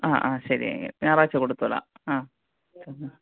ആ ആ ശരിയെങ്കിൽ ഞായറാഴ്ച കൊടുത്തു വിടാം ആ